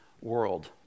world